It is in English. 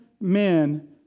men